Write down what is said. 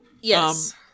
Yes